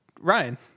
ryan